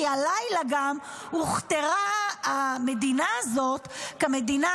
כי הלילה גם הוכתרה המדינה הזו כמדינה